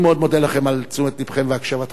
אני מאוד מודה לכם על תשומת לבכם והקשבתכם.